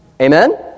Amen